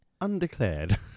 Undeclared